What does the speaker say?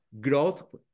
Growth